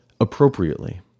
appropriately